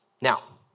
Now